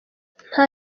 nta